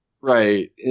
Right